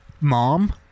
mom